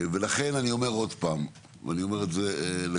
לכן אני אומר עוד פעם, ואני אומר את זה לכולנו,